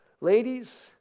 Ladies